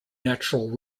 natural